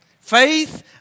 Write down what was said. faith